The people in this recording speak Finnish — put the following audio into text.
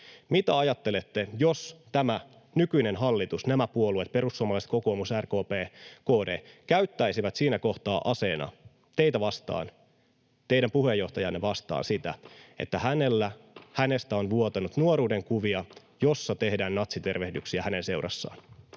mitä ajattelette, jos tämä nykyinen hallitus, nämä puolueet — perussuomalaiset, kokoomus, RKP, KD — käyttäisivät siinä kohtaa aseena teitä vastaan, teidän puheenjohtajaanne vastaan, sitä, että hänestä on vuotanut nuoruudenkuvia, joissa tehdään natsitervehdyksiä hänen seurassaan?